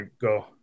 go